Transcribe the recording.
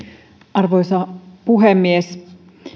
arvoisa puhemies